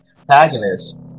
antagonist